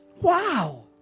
Wow